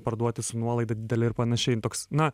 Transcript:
parduoti su nuolaida didele ir panašiai toks na